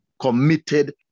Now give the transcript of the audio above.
committed